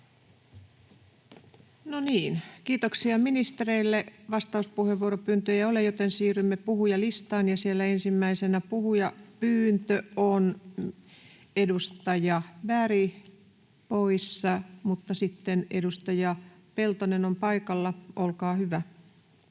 kiitoksia ministereille. — Vastauspuheenvuoropyyntöjä ei ole, joten siirrymme puhujalistaan. Siellä ensimmäisenä puhepyyntö on edustaja Bergillä, joka on poissa, mutta sitten edustaja Peltonen on paikalla. — Olkaa hyvä.